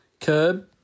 Curb